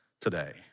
today